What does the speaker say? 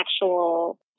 actual